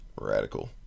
radical